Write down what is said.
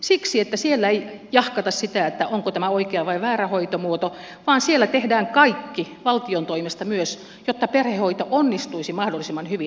siksi että siellä ei jahkata sitä onko tämä oikea vai väärä hoitomuoto vaan siellä tehdään kaikki valtion toimesta myös jotta perhehoito onnistuisi mahdollisimman hyvin